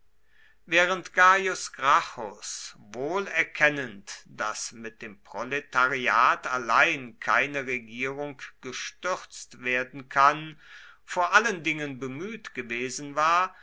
während gaius gracchus wohl erkennend daß mit dem proletariat allein keine regierung gestürzt werden kann vor allen dingen bemüht gewesen war